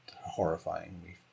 horrifying